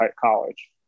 college